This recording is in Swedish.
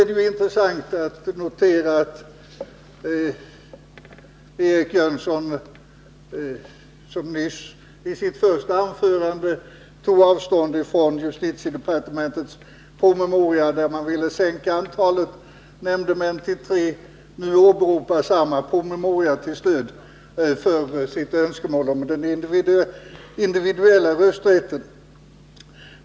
Det är intressant att notera att Eric Jönsson, som i sitt första anförande tog avstånd från tanken i justitiedepartementets promemoria att sänka antalet nämndemän till tre, nu åberopar samma promemoria till stöd för sitt önskemål om individuell rösträtt.